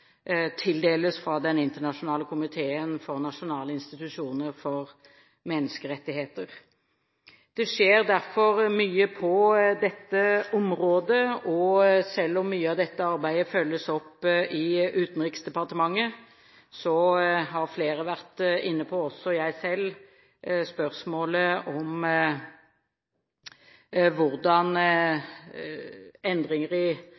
tildeles fra den internasjonale komiteen for nasjonale institusjoner for menneskerettigheter. Det skjer derfor mye på dette området, og selv om mye av dette arbeidet følges opp i Utenriksdepartementet, har flere vært inne på – også jeg selv – spørsmålet om hvordan endringer i